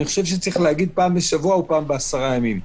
אני חושב שצריך לומר פעם בשבוע או פעם בעשרה ימים.